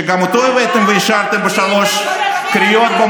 שגם אותו הבאתם ואישרתם בשלוש קריאות,